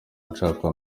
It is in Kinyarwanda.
nshaka